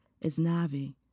Isnavi